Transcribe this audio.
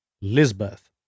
Lisbeth